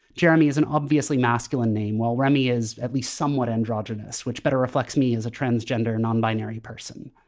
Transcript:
jeremy is an obviously masculine name, while remy is at least somewhat androgynous, which better reflects me as a transgender non binary person.